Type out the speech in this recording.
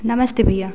नमस्ते भैया